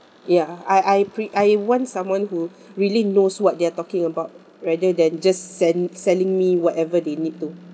ya I I pre~ I want someone who really knows what they are talking about rather than just sell selling me whatever they need to